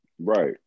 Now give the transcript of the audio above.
Right